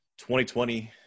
2020